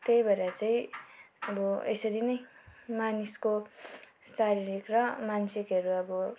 त्यही भएर चाहिँ अब यसरी नै मानिसको शारीरिक र मानसिकहरू अब